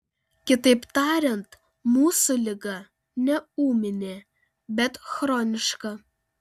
kitaip tariant mūsų liga ne ūminė bet chroniška